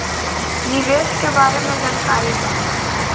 निवेश के बारे में जानकारी दें?